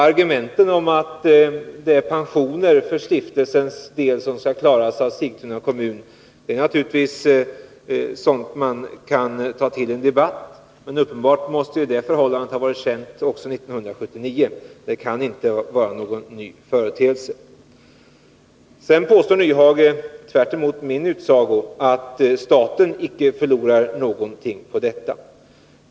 Argumentet att det för stiftelsens del är pensioner som skall klaras av Sigtuna kommun är naturligtvis ett sådant argument som man kan ta tilli en debatt, men uppenbart är att förhållandet måste ha varit känt också 1979. Det kan inte vara någon ny företeelse. Sedan påstår Hans Nyhage, tvärtemot min utsago, att staten icke förlorar någonting på detta.